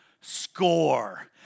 score